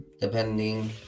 depending